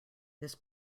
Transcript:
this